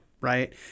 right